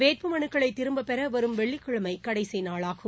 வேட்புமனுக்களை திரும்பப்பெற வரும் வெள்ளிக்கிழமை கடைசி நாளாகும்